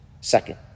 second